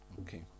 okay